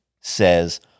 says